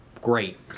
great